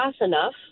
enough